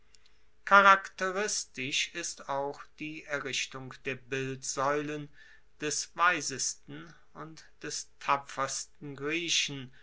charakteristisch ist auch die errichtung der bildsaeulen des weisesten und des tapfersten